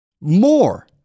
more